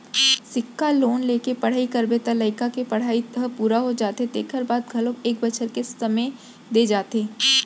सिक्छा लोन लेके पढ़ई करबे त लइका के पड़हई ह पूरा हो जाथे तेखर बाद घलोक एक बछर के समे दे जाथे